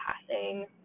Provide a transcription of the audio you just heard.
passing